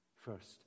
first